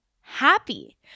happy